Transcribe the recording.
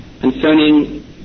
concerning